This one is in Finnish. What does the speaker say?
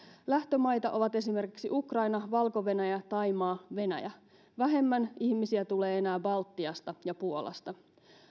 lähtömaita ovat esimerkiksi ukraina valko venäjä thaimaa venäjä vähemmän ihmisiä tulee enää baltiasta ja puolasta